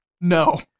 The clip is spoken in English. No